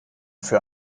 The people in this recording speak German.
für